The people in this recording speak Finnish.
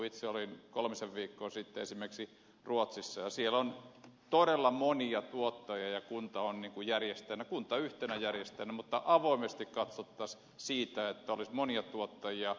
itse esimerkiksi olin kolmisen viikkoa sitten ruotsissa ja siellä on todella monia tuottajia ja kunta on yhtenä järjestäjänä mutta avoimesti katsottaisiin sitä että olisi monia tuottajia